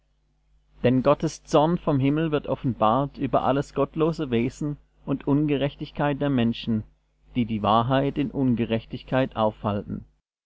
denn gottes zorn vom himmel wird offenbart über alles gottlose wesen und ungerechtigkeit der menschen die die wahrheit in ungerechtigkeit aufhalten